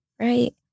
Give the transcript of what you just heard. right